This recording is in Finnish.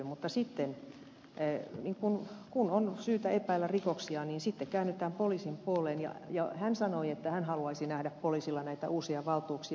mutta sitten kun on syytä epäillä rikoksia käännytään poliisin puoleen ja hän sanoi että hän haluaisi nähdä poliisilla näitä uusia valtuuksia